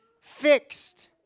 fixed